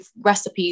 recipes